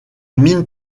mine